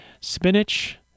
Spinach